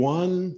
one